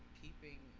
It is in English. keeping